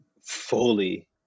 fully